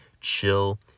chill